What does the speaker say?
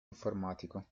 informatico